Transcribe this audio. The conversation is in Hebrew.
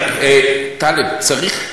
טלב, צריך,